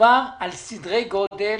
מדובר על סדרי גודל